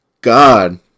God